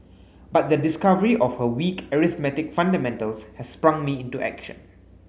but the discovery of her weak arithmetic fundamentals has sprung me into action